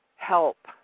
help